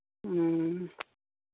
ᱦᱮᱸ